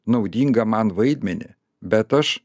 naudinga man vaidmenį bet aš